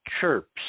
chirps